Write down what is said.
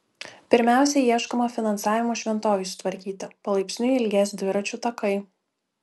pirmiausia ieškoma finansavimo šventovei sutvarkyti palaipsniui ilgės dviračių takai